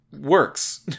works